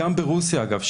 גם ברוסיה אגב.